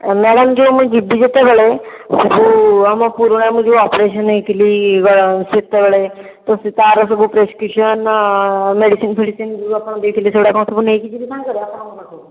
madam ଯେଉଁ ମୁଁ ଯିବି ଯେତେବେଳେ ସବୁ ଆମ ପୁରୁଣା ଯେଉଁ ମୁଁ ଅପରେସନ ହୋଇଥିଲି ସେତେବେଳେ ତାର ସବୁ ପ୍ରେସକ୍ରିପସନ୍ ମେଡ଼ିସିନ୍ ଫେଡିସିନ ଯେଉଁ ଆପଣ ଦେଇଥିଲେ ସେଗୁଡ଼ିକ କ'ଣ ନେଇକି ଯିବି ସାଙ୍ଗରେ ଆପଣଙ୍କ ପାଖକୁ